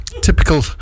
typical